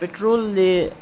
पेट्रोलले